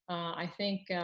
i think